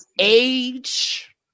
age